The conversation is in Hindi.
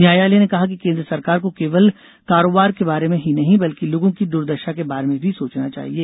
न्यायालय ने कहा कि केंद्र सरकार को केवल कारोबार के बारे में ही नहीं बल्कि लोगों की दुर्दशा के बारे में भी सोचना चाहिए